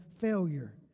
failure